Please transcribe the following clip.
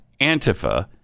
Antifa